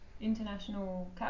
international